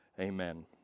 Amen